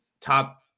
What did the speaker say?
top